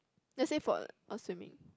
let's say for or swimming